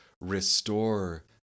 restore